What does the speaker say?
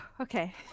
okay